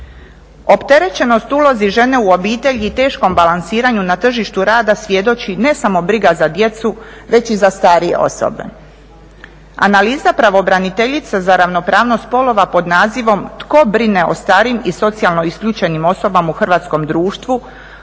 Opterećenost ulozi žene u obitelji i teškom balansiranju na tržištu rada svjedoči ne samo briga za djecu već i za starije osobe. Analiza pravobraniteljice za ravnopravnost spolova pod nazivom "Tko brine o starim i socijalno isključenim osobama u hrvatskom društvu"